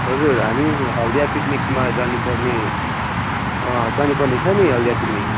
हजुर हामी हल्दिया पिकनिकमा जानु पर्ने जानु पर्ने छ नि हल्दिया पिकनिक